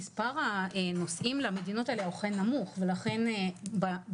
מספר הנוסעים למדינות האלה הוא אכן נמוך ולכן בכלל